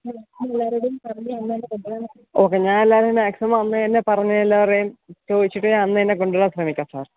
okay ഞാനെല്ലാവരോടും maximum അന്നു തന്നെ പറഞ്ഞ് എല്ലാവരെയും ചോദിച്ചിട്ട് ഞാൻ അന്നു തന്നെ കൊണ്ടു വരാൻ ശ്രമിക്കാം സാർ